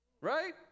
right